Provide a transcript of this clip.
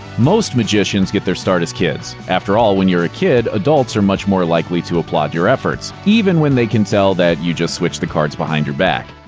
most magicians get their start as kids. after all, when you're a kid, adults are much more likely to applaud your efforts even when they can tell that you just switched the cards behind your back.